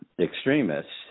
extremists